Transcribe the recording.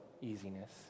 easiness